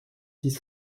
dix